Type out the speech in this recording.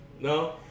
No